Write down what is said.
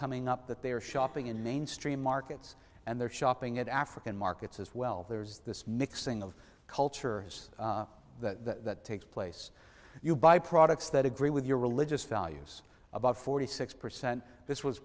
coming up that they are shopping in mainstream markets and they're shopping at african markets as well there's this mixing of culture that takes place you buy products that agree with your religious values about forty six percent this was